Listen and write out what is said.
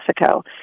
Mexico